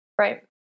right